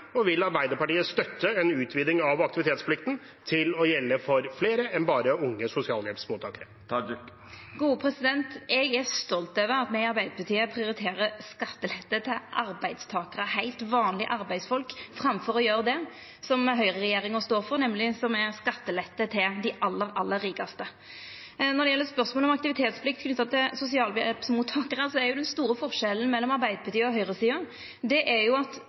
og vil Arbeiderpartiet støtte en utviding av aktivitetsplikten til å gjelde for flere enn bare unge sosialhjelpsmottakere? Eg er stolt over at me i Arbeidarpartiet prioriterer skattelette til arbeidstakarar, heilt vanlege arbeidsfolk, framfor å gjera det som høgreregjeringa står for, nemleg det som er skattelette til dei aller, aller rikaste. Når det gjeld spørsmål om aktivitetsplikt knytt til sosialhjelpsmottakarar, er den store forskjellen mellom Arbeidarpartiet og